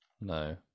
No